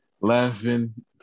laughing